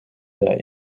that